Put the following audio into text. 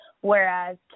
whereas